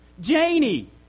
Janie